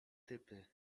typy